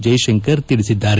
ಜೈಶಂಕರ್ ತಿಳಿಸಿದ್ದಾರೆ